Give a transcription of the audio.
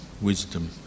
wisdom